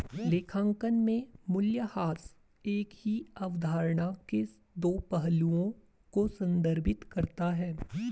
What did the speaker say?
लेखांकन में मूल्यह्रास एक ही अवधारणा के दो पहलुओं को संदर्भित करता है